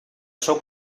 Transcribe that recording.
seu